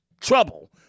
trouble